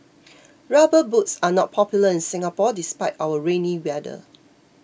rubber boots are not popular in Singapore despite our rainy weather